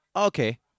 Okay